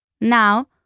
Now